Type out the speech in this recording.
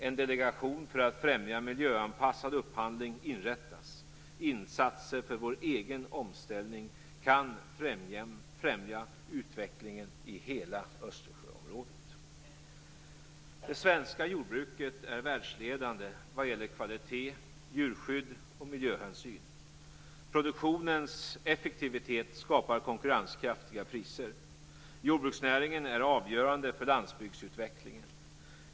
En delegation för att främja miljöanpassad upphandling inrättas. Insatser för vår egen omställning kan främja utvecklingen i hela Östersjöområdet. Det svenska jordbruket är världsledande vad gäller kvalitet, djurskydd och miljöhänsyn. Produktionens effektivitet skapar konkurrenskraftiga priser. Jordbruksnäringen är avgörande för landsbygdsutvecklingen.